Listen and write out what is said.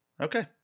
Okay